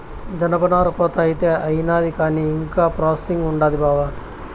జనపనార కోత అయితే అయినాది కానీ ఇంకా ప్రాసెసింగ్ ఉండాది బావా